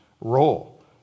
role